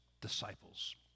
disciples